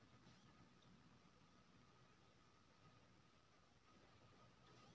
hire purchase केँ close end leasing केर रूप मे देखाएल जाइ छै